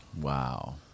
Wow